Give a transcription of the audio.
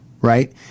right